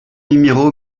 numéro